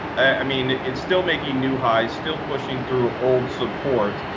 i mean, it's still making new highs, still pushing through old support.